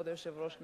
כבוד היושב-ראש,